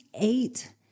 eight